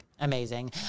Amazing